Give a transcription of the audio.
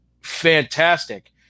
fantastic